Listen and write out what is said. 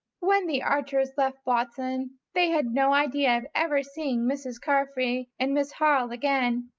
when the archers left botzen they had no idea of ever seeing mrs. carfry and miss harle again.